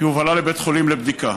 היא הובהלה לבית חולים לבדיקה.